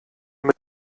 mit